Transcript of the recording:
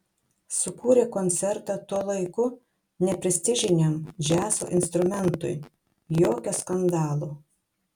sukūrė koncertą tuo laiku neprestižiniam džiazo instrumentui jokio skandalo